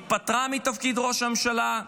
התפטרה מתפקיד ראש הממשלה,